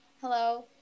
Hello